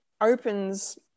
opens